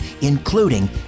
including